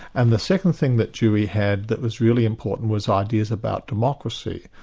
and the second thing that dewey had that was really important was ideas about democracy.